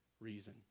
reason